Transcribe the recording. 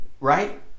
right